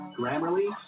Grammarly